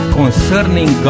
concerning